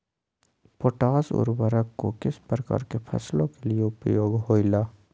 Potash उर्वरक को किस प्रकार के फसलों के लिए उपयोग होईला?